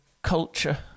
Culture